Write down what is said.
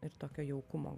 ir tokio jaukumo